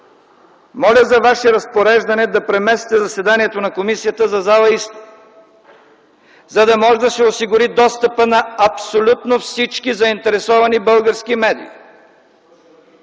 Моля за Ваше разпореждане да преместите заседанието на комисията в зала „Изток”, за да може да се осигури достъпът на абсолютно всички заинтересовани български медии.